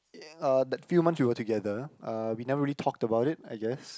y~ uh that few months we were together uh we never really talked about it I guess